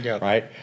right